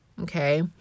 okay